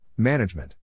Management